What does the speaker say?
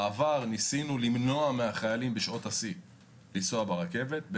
בעבר ניסינו למנוע מהחיילים לנסוע ברכבת בשעות השיא,